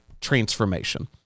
transformation